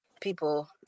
people